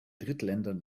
drittländern